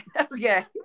Okay